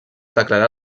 declarar